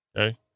Okay